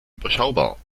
überschaubar